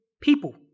people